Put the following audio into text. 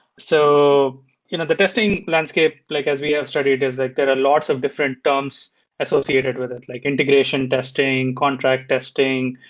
so you know the testing landscape, like as we have started is like there are lots of different terms associated with it, like integration testing, contract testing,